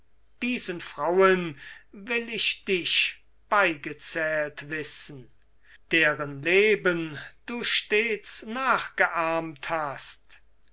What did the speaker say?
diesen frauen will ich dich beigezählt wissen deren leben du stets nachgeahmt hast